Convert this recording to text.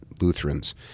Lutherans